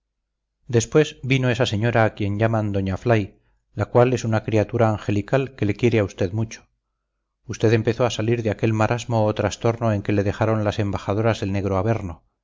después vino esa señora a quien llaman doña flay la cual es una criatura angelical que le quiere a usted mucho usted empezó a salir de aquel marasmo o trastorno en que le dejaron las embajadoras del negro averno